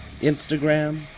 Instagram